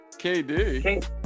KD